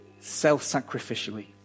self-sacrificially